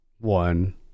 One